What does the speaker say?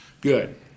Good